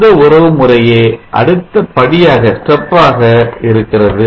இந்த உறவு முறையே அடுத்த படியாக இருக்கிறது